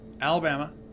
alabama